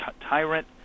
tyrant